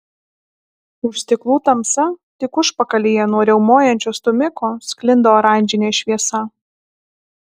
už stiklų tamsa tik užpakalyje nuo riaumojančio stūmiko sklinda oranžinė šviesa